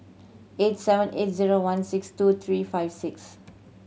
eight seven eight zero one six two three five six